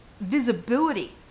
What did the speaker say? visibility